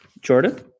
Jordan